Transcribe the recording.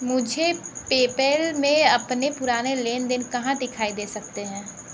मुझे पेपैल में अपने पुराने लेन देन कहाँ दिखाई दे सकते हैं